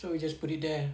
so you just put it there